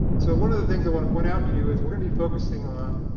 so one of the things i want to point out to you is we're going to be focusing on